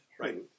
Right